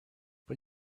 but